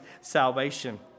salvation